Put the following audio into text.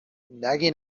نگی